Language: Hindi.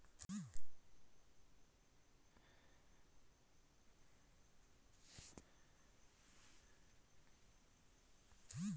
ऑनलाइन खाता कैसे खुलता है?